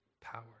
power